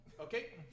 Okay